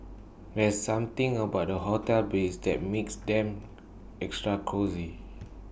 there's something about hotel beds that makes them extra cosy